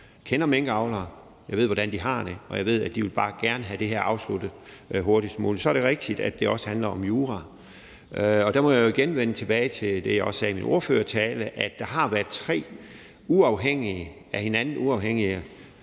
kender minkavlere, jeg ved, hvordan de har det, og jeg ved, at de bare gerne vil have det her afsluttet hurtigst muligt. Så er det rigtigt, at det også handler om jura. Og der må jeg jo igen vende tilbage til det, jeg også sagde i min ordførertale, nemlig at der har været tre af hinanden uafhængige